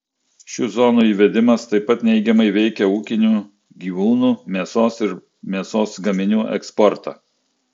šių zonų įvedimas taip pat neigiamai veikia ūkinių gyvūnų mėsos ir mėsos gaminių eksportą